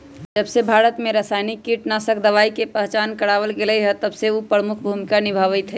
जबसे भारत में रसायनिक कीटनाशक दवाई के पहचान करावल गएल है तबसे उ प्रमुख भूमिका निभाई थई